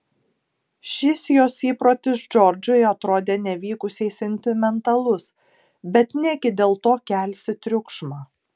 šis jos įprotis džordžui atrodė nevykusiai sentimentalus bet negi dėl to kelsi triukšmą